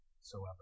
soever